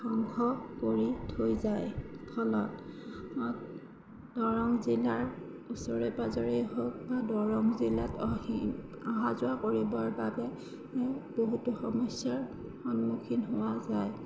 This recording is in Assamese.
ধ্বংস কৰি থৈ যায় ফলত দৰং জিলাৰ ওচৰে পাজৰেই হওক বা দৰং জিলাত আহি অহা যোৱা কৰিবৰ বাবে বহুতো সমস্যাৰ সন্মুখীন হোৱা যায়